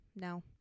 No